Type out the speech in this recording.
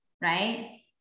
right